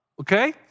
okay